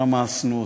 רמסנו אותם,